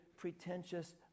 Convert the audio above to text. pretentious